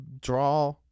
draw